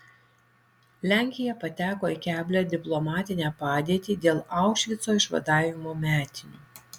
lenkija pateko į keblią diplomatinę padėtį dėl aušvico išvadavimo metinių